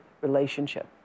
relationship